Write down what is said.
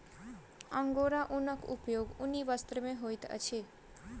angora ऊनक उपयोग ऊनी वस्त्र में होइत अछि